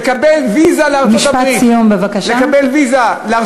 לקבל ויזה לארצות-הברית בשביל לטייל